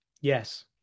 Yes